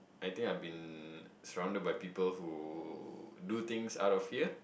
I think I've been thrown by people who do things out of fear